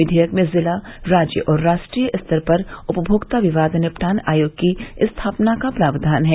विधेयक में जिला राज्य और राष्ट्रीय स्तर पर उपभोक्ता विवाद निपटान आयोग की स्थापना का प्रावधान है